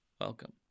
Welcome